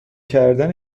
کردن